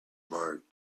mark